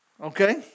Okay